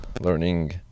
Learning